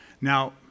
Now